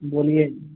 बोलिए